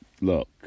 look